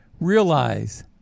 realize